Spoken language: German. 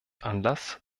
anlass